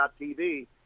TV